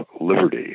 liberty